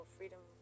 freedom